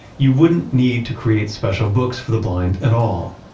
you wouldn't need to create special books for the blind at all.